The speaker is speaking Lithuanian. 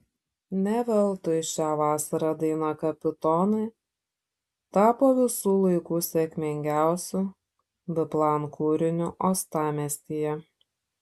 ne veltui šią vasarą daina kapitonai tapo visų laikų sėkmingiausiu biplan kūriniu uostamiestyje